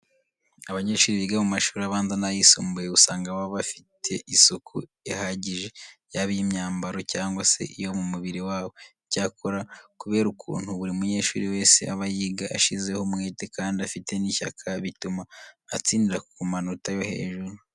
Abanyeshuri biga mu mashuri abanza n'ayisumbuye usanga baba bafite isuku ihagije yaba iy'imyambaro cyangwa se iyo mu mubiri wabo. Icyakora kubera ukuntu buri munyeshuri wese aba yiga ashyizeho umwete kandi afite n'ishyaka, bituma atsindira ku manota yo hejuru.